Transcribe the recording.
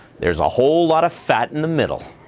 there's a whole lot of fat in the middle.